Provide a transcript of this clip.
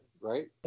right